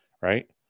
right